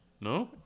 No